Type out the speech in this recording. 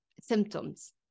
symptoms